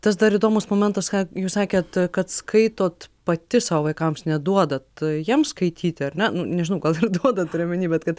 tas dar įdomus momentas ką jūs sakėt kad skaitot pati savo vaikams neduodat jiems skaityti ar ne nu nežinau gal ir duodat turiu omeny bet kad